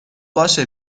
باشه